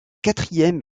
quatrième